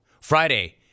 Friday